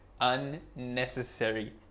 unnecessary